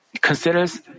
considers